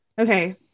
okay